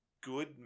good